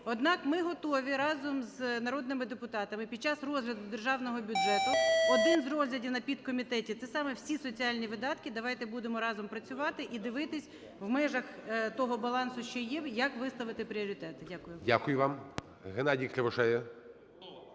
Однак, ми готові разом з народними депутатами під час розгляду державного бюджету один з розглядів на підкомітеті, це саме всі соціальні видатки, давайте будемо разом працювати і дивитись в межах того балансу, що є, як виставити пріоритети. Дякую. ГОЛОВУЮЧИЙ.